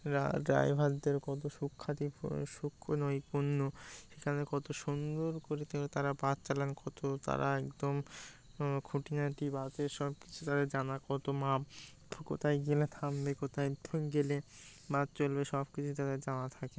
ড্রাইভারদের কত সুখ্যাতি সুক্ষ্ম নৈপুণ্য সেখানে কত সুন্দর করে তারা বাস চালান কত তারা একদম খুঁটিনাটি বাসের সব কিছু তাদের জানা কত মাপ কোথায় গেলে থামবে কোথায় গেলে বাস চলবে সব কিছুই তারা জানা থাকে